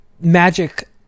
Magic